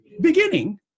beginning